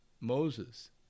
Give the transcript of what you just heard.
Moses